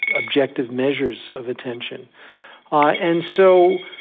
objective measures of attention ah and so